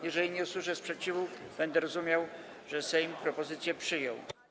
Jeżeli nie usłyszę sprzeciwu, będę rozumiał, że Sejm propozycję przyjął.